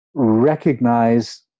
recognize